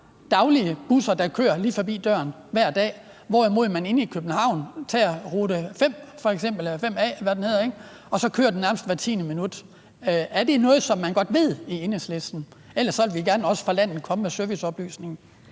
daglige busser, der kører lige forbi deres dør hver dag, hvorimod man inde i København f.eks. kan tage bus 5A, som nærmest kører hvert tiende minut. Er det noget, som man godt ved i Enhedslisten? Ellers vil vi, der bor på landet, gerne komme med den serviceoplysning.